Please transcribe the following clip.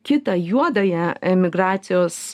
kitą juodąją emigracijos